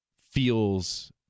feels